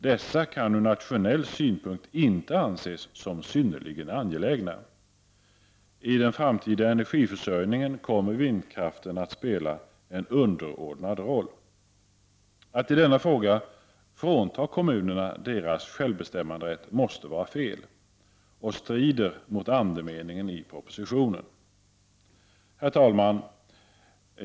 Dessa kan från nationell synpunkt inte anses som synnerligen angelägna. Vid den framtida energiförsörjningen kommer vindkraften att spela en underordnad roll. Att i denna fråga frånta kommunernas deras självbestämmanderätt måste vara fel, samtidigt som det strider mot andemeningen i propositionen. Herr talman!